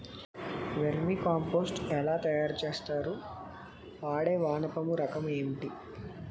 Vermi compost ఎలా తయారు చేస్తారు? వాడే వానపము రకం ఏంటి?